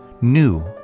new